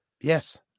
Yes